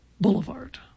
Boulevard